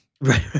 Right